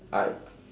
I